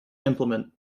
implement